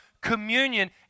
communion